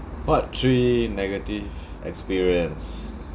part three negative experience